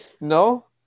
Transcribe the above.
No